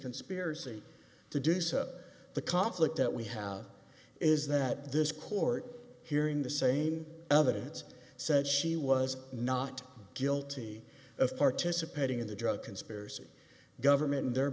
conspiracy to do so the conflict that we have is that this court hearing the same evidence said she was not guilty of participating in the drug conspiracy government in the